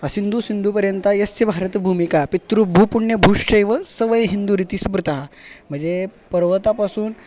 आसिंधु सिंधु पर्यन्ता यस्य भारतभूमिका पितृभू पुण्यभूश्चैव स वै हिंदुरिति स्मृत म्हणजे पर्वतापासून